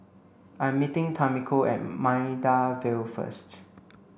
I'm meeting Tamiko at Maida Vale first